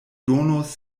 donos